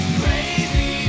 crazy